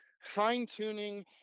fine-tuning